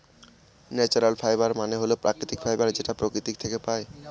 natural fibre মানে হল প্রাকৃতিক ফাইবার যেটা প্রকৃতি থাকে পাই